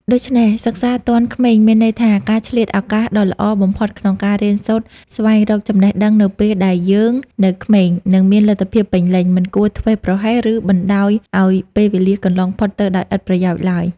ដូច្នេះសិក្សាទាន់ក្មេងមានន័យថា ការឆ្លៀតឱកាសដ៏ល្អបំផុតក្នុងការរៀនសូត្រស្វែងរកចំណេះដឹងនៅពេលដែលយើងនៅក្មេង និងមានលទ្ធភាពពេញលេញ មិនគួរធ្វេសប្រហែស ឬបណ្តោយឱ្យពេលវេលាកន្លងផុតទៅដោយឥតប្រយោជន៍ឡើយ ។